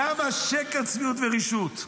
כמה שקר, צביעות ורשעות?